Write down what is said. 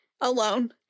alone